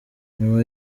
nyuma